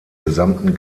gesamten